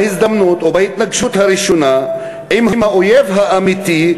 בהזדמנות או בהתנגשות הראשונה עם האויב האמיתי,